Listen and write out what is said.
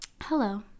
Hello